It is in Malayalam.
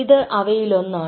ഇത് അവയിലൊന്നാണ്